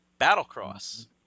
Battlecross